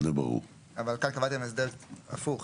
אבל כאן קבעתם הסדר הפוך: